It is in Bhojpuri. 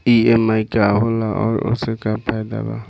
ई.एम.आई का होला और ओसे का फायदा बा?